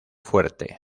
fuerte